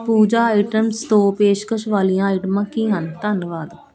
ਪੂਜਾ items ਤੋਂ ਪੇਸ਼ਕਸ਼ ਵਾਲੀਆਂ ਆਈਟਮਾਂ ਕੀ ਹਨ ਧੰਨਵਾਦ